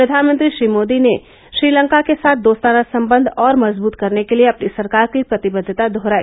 फ्र्यानमंत्री श्री मोदी ने श्रीलंका के साथ दोस्ताना संबंध और मजबूत करने के लिए अपनी सरकार की प्रतिबद्वता दोहराई